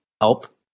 help